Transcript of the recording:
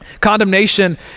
condemnation